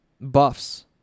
buffs